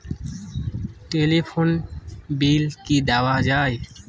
Telephone bill কি দেওয়া যায়?